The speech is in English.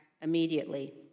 immediately